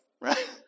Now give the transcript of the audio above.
right